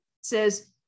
says